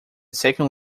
second